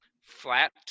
Flat